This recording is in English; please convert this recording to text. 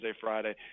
Friday